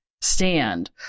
stand